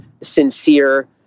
sincere